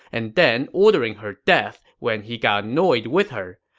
and then ordering her death when he got annoyed with her.